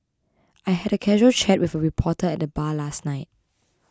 I had a casual chat with a reporter at the bar last night